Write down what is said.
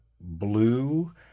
blue